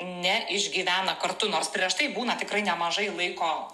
ne išgyvena kartu nors prieš tai būna tikrai nemažai laiko